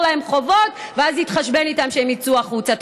להם חובות ואז יתחשבן איתם כשהם יצאו החוצה.